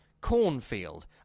cornfield